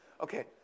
Okay